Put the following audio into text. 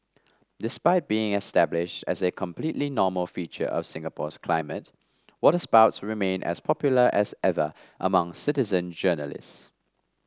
despite being established as a completely normal feature of Singapore's climates waterspouts remain as popular as ever among citizen journalists